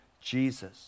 Jesus